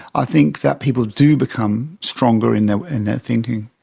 i think that people do become stronger in in their thinking.